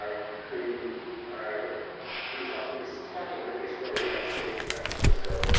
um who he was um he was talking with ishmael reed on stage in san francisco,